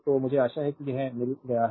तो मुझे आशा है कि यह मिल गया है